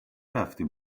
رفتی